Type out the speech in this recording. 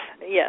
Yes